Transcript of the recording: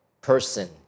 person